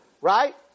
right